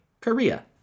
Korea